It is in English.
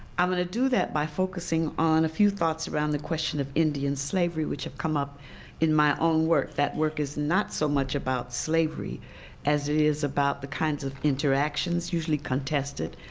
i'm going to do that by focusing on a few thoughts around the question of indian slavery, which have come up in my own work. that work is not so much about slavery as it is about the kinds of interactions, usually contested,